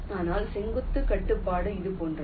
ஆனால் செங்குத்து கட்டுப்பாடு இது போன்றது